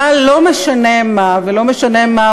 אבל לא משנה מה,